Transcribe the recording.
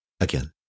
again